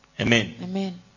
Amen